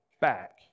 back